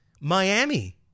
Miami